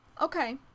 Okay